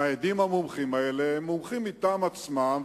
והעדים המומחים האלה הם מומחים מטעם עצמם,